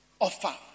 Offer